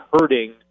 hurting